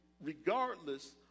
regardless